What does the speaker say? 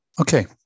Okay